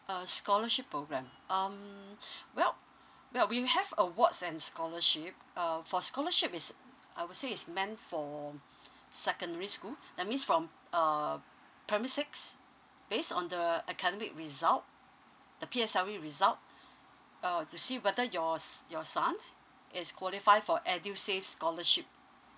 uh scholarship programme um well well we have awards and scholarship um for scholarship is I would say it's meant for secondary school that means from uh primary six based on the academic result the P_S_L_E result uh to see whether yours your sons is qualify for edusave scholarship